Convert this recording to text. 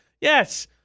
Yes